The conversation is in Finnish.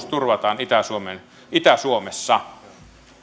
turvataan opettajankoulutus itä suomessa